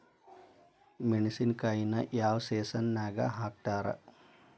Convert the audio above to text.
ಮೆಣಸಿನಕಾಯಿನ ಯಾವ ಸೇಸನ್ ನಾಗ್ ಹಾಕ್ತಾರ?